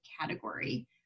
category